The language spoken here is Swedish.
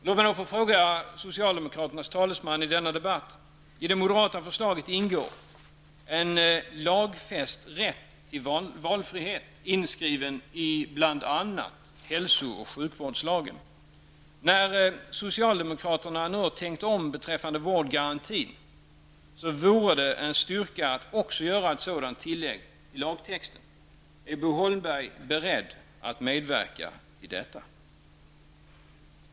Låt mig ställa en fråga till socialdemokraternas talesman i denna debatt: I det moderata förslaget ingår en lagfäst rätt till valfrihet, inskriven bl.a. i hälso och sjukvårdslagen. När socialdemokraterna nu har tänkt om beträffande vårdgarantin, så vore det en styrka att också göra ett sådant tillägg till lagtexten. Är Bo Holmberg beredd att medverka till detta?